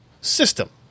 system